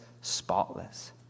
spotless